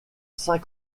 saint